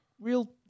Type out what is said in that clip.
real